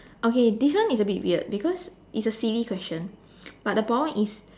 okay this one is a bit weird because it's a silly question but the problem is